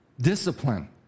Discipline